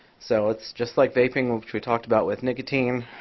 so it's just like vaping, which we talked about with nicotine.